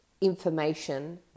information